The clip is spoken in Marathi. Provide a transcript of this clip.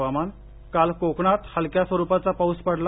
हवामान काल कोकणात हलक्या स्वरुपाचा पाऊस पडला